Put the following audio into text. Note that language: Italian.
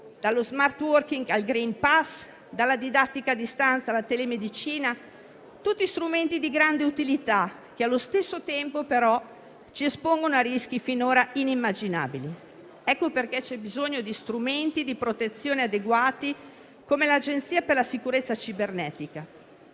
dallo *smart working* al *green pass*, dalla didattica a distanza alla telemedicina, tutti strumenti di grande utilità, che allo stesso tempo però ci espongono a rischi finora inimmaginabili. Ecco perché c'è bisogno di strumenti di protezione adeguati come l'Agenzia nazionale per la sicurezza cibernetica,